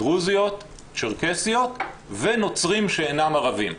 דרוזיות, צ'רקסיות ונוצרים שאינם ערבים.